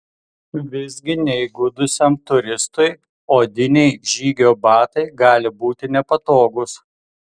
visgi neįgudusiam turistui odiniai žygio batai gali būti nepatogūs